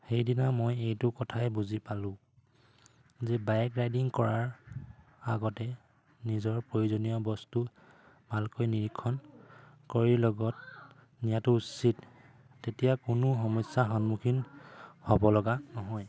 সেইদিনা মই এইটো কথাই বুজি পালোঁ যে বাইক ৰাইডিং কৰাৰ আগতে নিজৰ প্ৰয়োজনীয় বস্তু ভালকৈ নিৰীক্ষণ কৰি লগত নিয়াটো উচিত তেতিয়া কোনো সমস্যাৰ সন্মুখীন হ'ব লগা নহয়